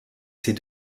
ses